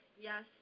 Yes